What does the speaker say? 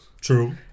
True